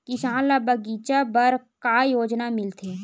किसान ल बगीचा बर का योजना मिलथे?